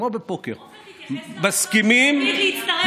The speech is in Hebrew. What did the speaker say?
כמו בפוקר, עפר, תתייחס לרצון להצטרף,